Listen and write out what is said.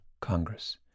Congress